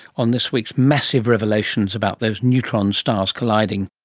on this week's massive revelations about those neutron stars colliding